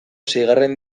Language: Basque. seigarren